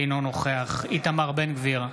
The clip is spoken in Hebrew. אינו נוכח איתמר בן גביר,